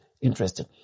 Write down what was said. interesting